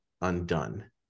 undone